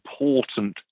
important